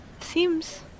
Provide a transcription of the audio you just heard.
seems